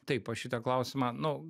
taip aš šitą klausimą nu